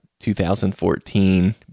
2014